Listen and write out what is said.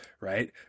Right